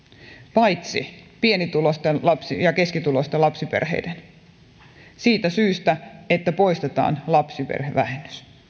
paitsi pienituloisten ja keskituloisten lapsiperheiden siitä syystä että poistetaan lapsiperhevähennys